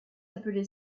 appelées